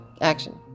action